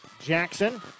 Jackson